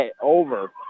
over